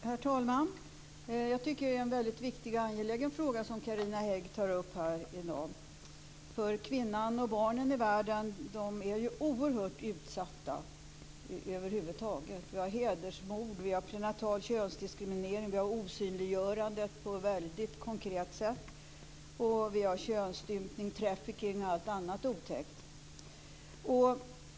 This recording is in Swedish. Herr talman! Jag tycker att det är en väldigt viktig och angelägen fråga som Carina Hägg tar upp här i dag, för kvinnorna och barnen i världen är oerhört utsatta över huvud taget. Vi har hedersmord. Vi har prenatal könsdiskriminering. Vi har osynliggörandet på ett väldigt konkret sätt. Vi har könsstympning, trafficking och allt annat otäckt.